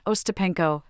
Ostapenko